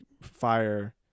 fire